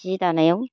सि दानायाव